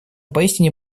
поистине